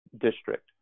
District